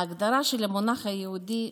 ההגדרה של המונח "יהודי"